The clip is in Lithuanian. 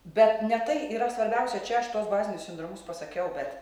bet ne tai yra svarbiausia čia aš tuos bazinius sindromus pasakiau bet